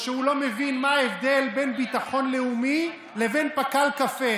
שהוא לא מבין מה ההבדל בין ביטחון לאומי לבין פק"ל קפה.